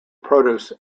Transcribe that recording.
produce